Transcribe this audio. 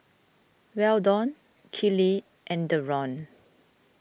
Weldon Kiley and Deron